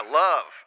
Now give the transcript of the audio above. love